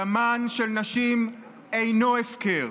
דמן של נשים אינו הפקר.